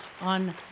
on